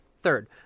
Third